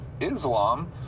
Islam